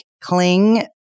cling